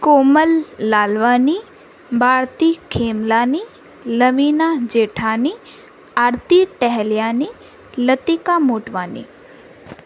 Komal Lalwani Bharti Khemlani Lavina Jethani Aarti Tahalyani Latika Motwani